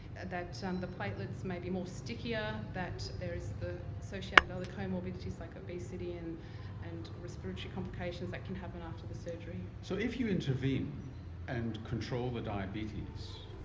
that the platelets may be more sticky, ah that there is the associated other comorbidities like obesity and and respiratory complications that can happen after the surgery. so if you intervene and control the diabetes,